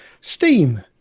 Steam